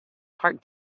park